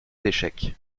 d’échecs